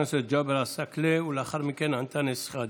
חבר הכנסת ג'אבר עסאקלה, ולאחר מכן, אנטאנס שחאדה.